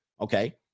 Okay